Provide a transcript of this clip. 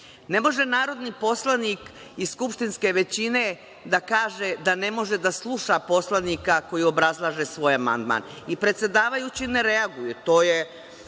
Ne može narodni poslanik iz skupštinske većine da kaže da ne može da sluša poslanika koji obrazlaže svoj amandman i predsedavajući ne reaguje.